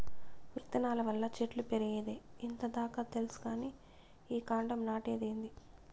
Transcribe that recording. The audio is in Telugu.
విత్తనాల వల్ల చెట్లు పెరిగేదే ఇంత దాకా తెల్సు కానీ ఈ కాండం నాటేదేందీ